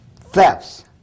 thefts